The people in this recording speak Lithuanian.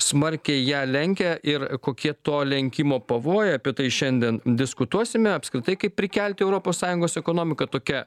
smarkiai ją lenkia ir kokie to lenkimo pavojai apie tai šiandien diskutuosime apskritai kaip prikelti europos sąjungos ekonomiką tokia